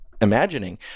imagining